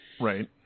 Right